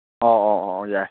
ꯑꯣ ꯑꯣ ꯑꯣ ꯌꯥꯏ